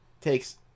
takes